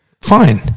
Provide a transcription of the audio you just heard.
Fine